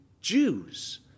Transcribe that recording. Jews